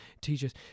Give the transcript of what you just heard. teachers